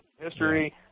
history